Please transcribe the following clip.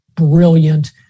brilliant